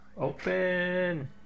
Open